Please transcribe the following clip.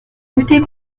lutter